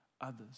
others